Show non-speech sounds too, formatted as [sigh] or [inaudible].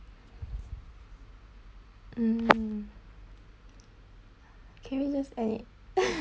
mm curious just eh [laughs]